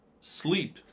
sleep